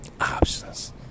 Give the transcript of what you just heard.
Options